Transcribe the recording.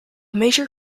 major